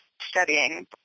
studying